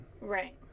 Right